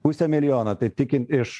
pusė milijono tai tik iš